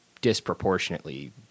disproportionately